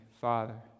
Father